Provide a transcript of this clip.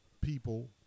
people